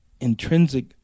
intrinsic